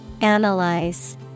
Analyze